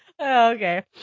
Okay